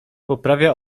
poprawia